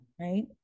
Right